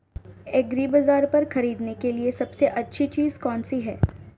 एग्रीबाज़ार पर खरीदने के लिए सबसे अच्छी चीज़ कौनसी है?